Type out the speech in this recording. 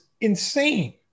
insane